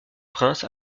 prince